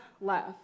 love